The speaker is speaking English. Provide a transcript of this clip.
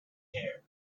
hair